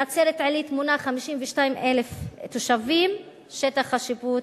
נצרת עילית מונה 52,000 תושבים, שטח השיפוט,